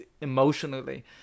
emotionally